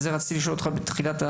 את זה רציתי לשאול אותך בתחילת הדיון.